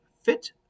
fit